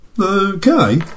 Okay